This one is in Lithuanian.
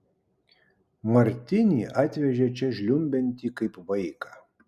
martinį atvežė čia žliumbiantį kaip vaiką